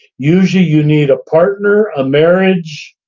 usually you need a partner, a marriage.